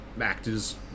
actors